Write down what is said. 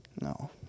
No